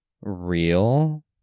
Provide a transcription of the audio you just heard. real